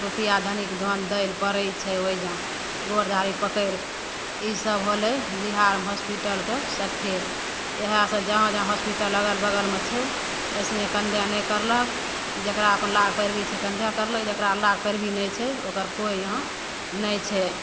रुपैआ धनिक धन दै ले पड़ै छै ओहिजाँ गोड़ दाढ़ी पकड़ि ईसब होलै बिहारमे हॉसपिटलके सगठे इएहसब जहाँ जहाँ हॉसपिटल अगल बगलमे छै ओइसहि कन्धे नहि करलक जकरा अपन लाभ पैरवी छै कन्धे करलक जकरा लाभ पैरवी नहि छै ओकर कोइ यहाँ नहि छै